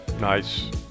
Nice